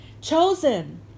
chosen